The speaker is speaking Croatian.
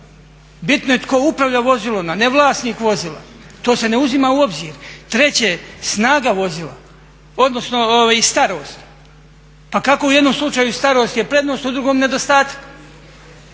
Bitno je tko upravlja vozilom a ne vlasnik vozila, to se ne uzima u obzir. Treće, snaga vozila, odnosno starost. Pa kako u jednom slučaju starost je prednost a u drugom nedostatak.